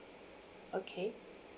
okay